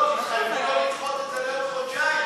לא, תתחייבו לא לדחות את זה לעוד חודשיים.